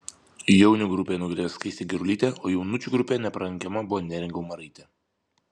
jaunių grupėje nugalėjo skaistė gerulytė o jaunučių grupėje nepralenkiama buvo neringa umaraitė